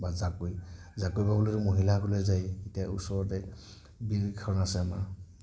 বা জাকৈ জাকৈ বাবলৈ মহিলাসকলেই যায় এতিয়া ওচৰতে বিলখন আছে আমাৰ